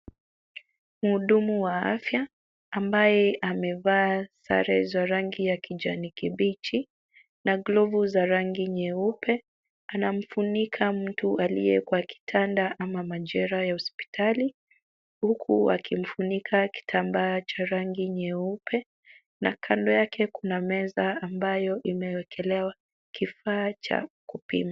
Mhudumu wa afya ambaye amevaa sare za rangi za kijani kibichi na glovu za rangi nyeupe anamfunika mtu aliye kwa kitanda ama machela ya hospitali huku akimfunika kitambaa cha rangi nyeupe na kando yake kuna meza ambayo imewekelewa kifaa cha kupima.